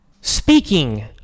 Speaking